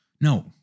no